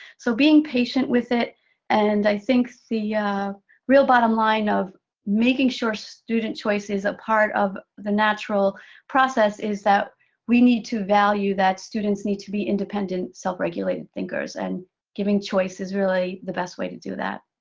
so being patient with it, and i think the real bottom line, of making sure student choice is a part of the natural process, is that we need to value that student's need to be independent, self-regulated thinkers, and giving choice is really the best way to do that.